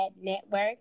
network